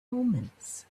omens